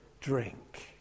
drink